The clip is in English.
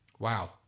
Wow